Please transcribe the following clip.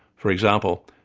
for example,